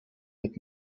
mit